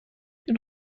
این